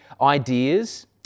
ideas